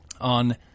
on